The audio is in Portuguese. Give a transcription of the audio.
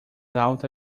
alta